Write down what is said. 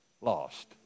lost